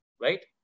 right